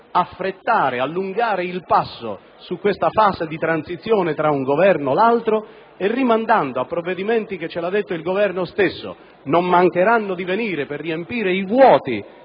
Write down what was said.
giusto allungare il passo in questa fase di transizione tra un Governo e l'altro, rimandando a provvedimenti - l'ha detto il Governo stesso - che non mancheranno di venire per riempire i vuoti